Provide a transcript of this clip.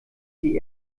die